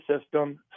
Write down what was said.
system